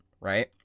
right